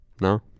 no